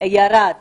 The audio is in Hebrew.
ירד